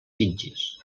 sitges